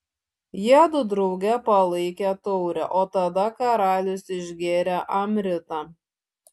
jiedu drauge palaikė taurę o tada karalius išgėrė amritą